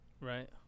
Right